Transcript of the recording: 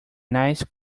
nice